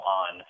on